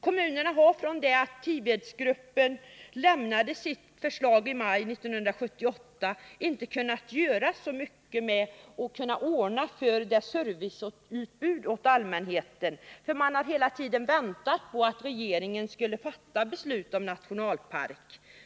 Kommunerna har från det Tivedsgruppen Tisdagen den lämnade sitt förslag i maj 1978 inte kunnat göra så mycket för att ordna med — 11 december 1979 serviceutbud åt allmänheten. Man har hela tiden väntat på att regeringen skulle fatta beslut om nationalpark.